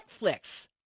Netflix